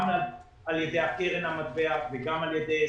גם על ידי קרן המטבע וגם על ידי...